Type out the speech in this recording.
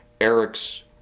Eric's